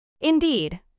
Indeed